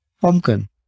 Pumpkin